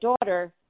daughter